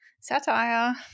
Satire